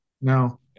No